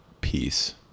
peace